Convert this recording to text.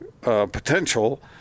potential